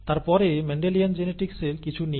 তারপরে মেন্ডেলিয়ান জেনেটিকসের কিছু নীতি